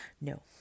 No